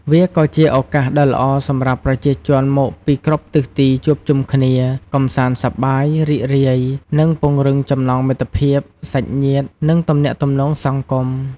វាក៏ជាឱកាសដ៏ល្អសម្រាប់ប្រជាជនមកពីគ្រប់ទិសទីជួបជុំគ្នា កម្សាន្តសប្បាយ រីករាយ និងពង្រឹងចំណងមិត្តភាព សាច់ញាតិ និងទំនាក់ទំនងសង្គម។